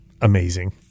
amazing